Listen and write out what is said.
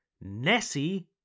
Nessie